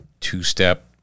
two-step